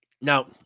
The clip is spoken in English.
now